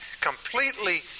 completely